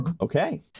okay